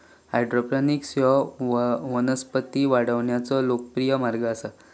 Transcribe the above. hydroponics ह्यो वनस्पती वाढवण्याचो लोकप्रिय मार्ग आसा